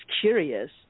curious